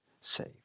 save